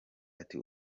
ati